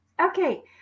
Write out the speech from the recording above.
Okay